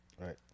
Right